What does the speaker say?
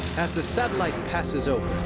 as the satellite passes over,